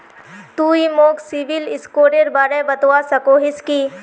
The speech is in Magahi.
तुई मोक सिबिल स्कोरेर बारे बतवा सकोहिस कि?